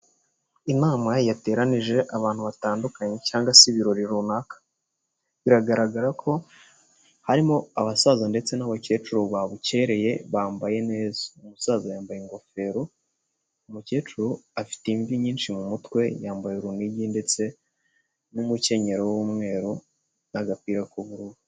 Inama yateranije abantu batandukanye cyangwa se ibirori runaka, biragaragara ko harimo abasaza ndetse n'abakecuru babukereye bambaye neza, umusaza yambaye ingofero umukecuru afite imvi nyinshi mu mutwe yambaye urunigi ndetse n'umukenyero w'umweru n'agapira k'ubururu.